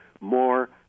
more